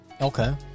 Okay